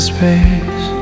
Space